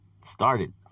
started